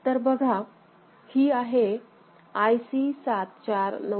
तर बघा हि आहे आय सी 7490A